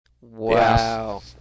Wow